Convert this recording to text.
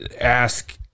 ask